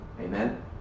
Amen